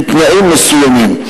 בתנאים מסוימים.